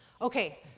Okay